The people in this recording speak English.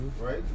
right